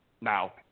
Now